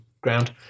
ground